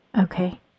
Okay